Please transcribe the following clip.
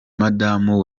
madamu